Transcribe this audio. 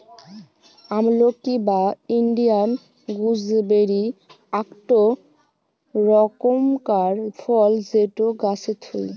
আমলকি বা Indian gooseberry আকটো রকমকার ফল যেটো গাছে থুই